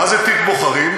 מה זה תיק בוחרים?